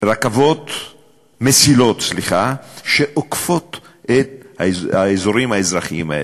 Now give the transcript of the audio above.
מסילות שעוקפות את האזורים האזרחיים האלה,